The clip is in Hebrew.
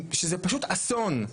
שזה פשוט אסון,